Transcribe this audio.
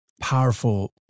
powerful